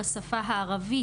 בשפה הערבית,